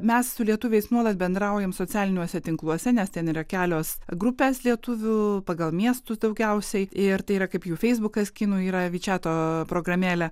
mes su lietuviais nuolat bendraujam socialiniuose tinkluose nes ten yra kelios grupės lietuvių pagal miestų daugiausiai ir tai yra kaip jų feisbukas kinų yra vyčiato programėlė